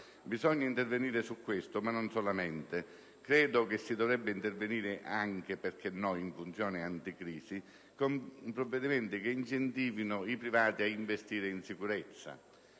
Bisogna intervenire su questo, ma non solamente. Credo che si dovrebbe intervenire - anche, perché no, in funzione anticrisi - con provvedimenti che incentivino i privati ad investire in sicurezza.